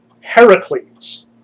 Heracles